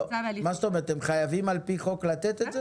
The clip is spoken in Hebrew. הם חייבים על פי חוק לתת לכם?